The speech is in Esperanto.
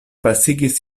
pasigis